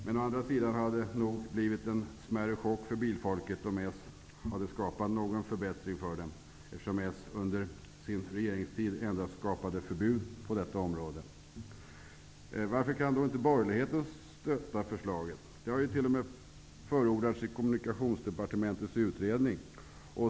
Men å andra sidan hade det nog blivit en smärre chock för bilfolket om Socialdemokraterna hade skapat någon förbättring för det, eftersom Socialdemokraterna under sin regeringstid skapade endast förbud på detta område. Varför kan då inte borgerligheten stötta förslaget? Det har t.o.m. förordats i Kommunikationsdepartementets utredning.